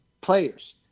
players